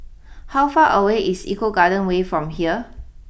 how far away is Eco Garden way from here